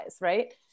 right